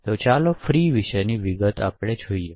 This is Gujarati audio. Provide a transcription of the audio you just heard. તો ચાલો ફ્રી વિશેની વિગતો જોઈએ